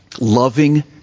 Loving